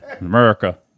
America